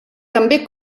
també